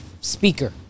speaker